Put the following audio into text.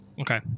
Okay